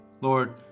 Lord